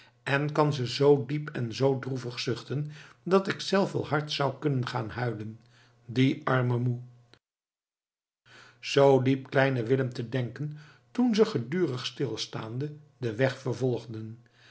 en kan ze zoo diep en zoo droevig zuchten dat ik zelf wel hard zou kunnen gaan huilen die arme moe zoo liep kleine willem te denken toen ze gedurig stilstaande den weg vervolgden